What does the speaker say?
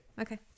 Okay